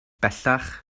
bellach